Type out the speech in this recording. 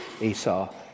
Esau